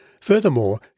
Furthermore